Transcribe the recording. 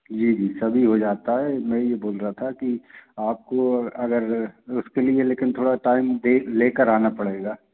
जी जी सभी हो जाता है मैं यह बोल रहा था कि आपको अगर उसके लिए लेकिन थोड़ा टाइम दे लेकर आना पड़ेगा